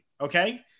Okay